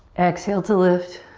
exhale to lift.